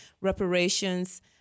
reparations